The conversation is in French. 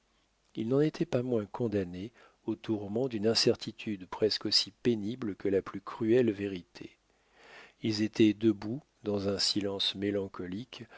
ils n'en étaient pas moins condamnés aux tourments d'une incertitude presque aussi pénible que la plus cruelle vérité ils étaient debout dans un silence mélancolique